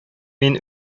мин